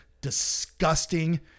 disgusting